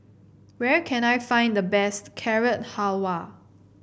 where can I find the best Carrot Halwa